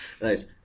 Nice